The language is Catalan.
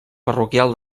parroquial